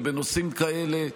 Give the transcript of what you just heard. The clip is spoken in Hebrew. ובנושאים כאלה,